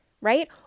right